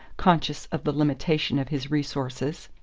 conscious of the limitation of his resources.